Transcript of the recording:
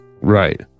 Right